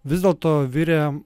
vis dėlto virė